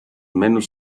menos